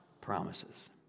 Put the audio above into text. Promises